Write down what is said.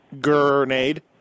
Grenade